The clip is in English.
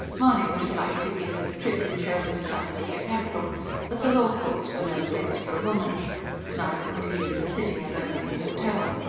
mahony would have liked to give her the trip and show her the sights of the capital but the law-courts were no place for a woman neither could he leave her sitting alone in a hotel.